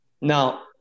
Now